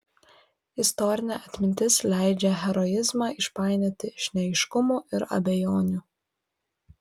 istorinė atmintis leidžia heroizmą išpainioti iš neaiškumų ir abejonių